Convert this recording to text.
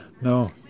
No